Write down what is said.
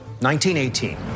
1918